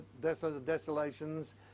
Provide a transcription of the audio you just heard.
desolations